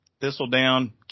Thistledown